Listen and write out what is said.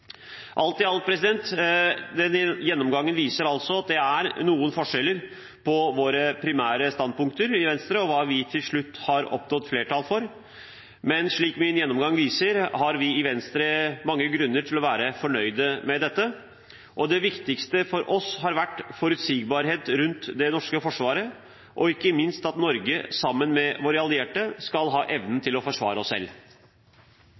Alt i alt viser gjennomgangen at det er noen forskjeller på våre primære standpunkter og hva vi til slutt har oppnådd flertall for, men slik min gjennomgang viser, har vi i Venstre mange grunner til å være fornøyd med dette. Det viktigste for oss har vært forutsigbarhet rundt Det norske forsvaret, og ikke minst at vi i Norge, sammen med våre allierte, skal ha evnen til å forsvare oss selv.